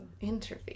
Interview